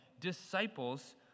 disciples